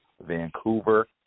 Vancouver